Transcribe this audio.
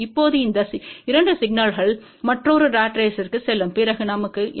இப்போது இந்த 2 சிக்னல்கள் மற்றொரு ராட் ரேஸ்த்திற்கு செல்லும் பிறகு நமக்கு என்ன கிடைக்கும்